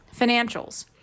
financials